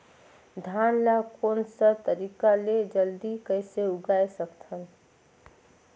धान ला कोन सा तरीका ले जल्दी कइसे उगाय सकथन?